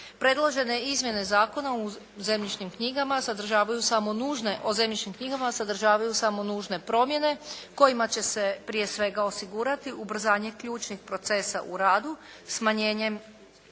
Predložene izmjene zakona o zemljišnim knjigama sadržavaju samo nužne promjene kojima će se prije svega osigurati ubrzanje ključnih procesa u radu smanjenjem